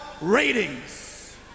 ratings